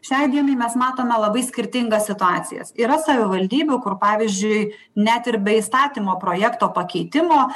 šiai dienai mes matome labai skirtingas situacijas yra savivaldybių kur pavyzdžiui net ir be įstatymo projekto pakeitimo